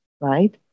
right